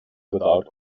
without